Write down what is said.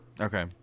Okay